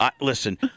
Listen